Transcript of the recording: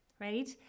right